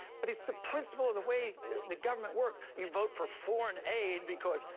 but it's the principle of the way the government works. you vote for foreign aid because,